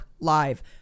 Live